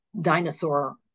dinosaur